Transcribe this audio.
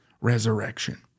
resurrection